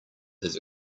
his